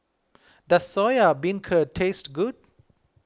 does Soya Beancurd taste good